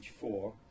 four